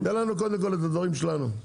תן לנו, קודם כל, את הדברים שלנו.